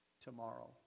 tomorrow